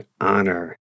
honor